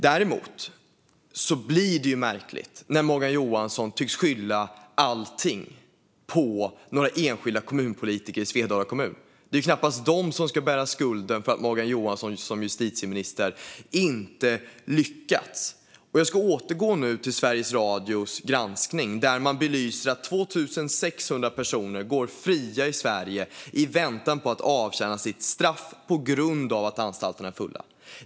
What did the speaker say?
Däremot blir det märkligt när Morgan Johansson tycks skylla allting på några enskilda kommunpolitiker i Svedala kommun. Det är knappast de som bär skulden för att Morgan Johansson inte lyckats som justitieminister. Jag ska nu återgå till Sveriges Radios granskning. Där belyser man att 2 600 personer går fria i Sverige i väntan på att avtjäna sitt straff, på grund av att anstalterna är fulla.